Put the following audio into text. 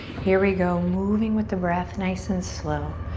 here we go, moving with the breath, nice and slow.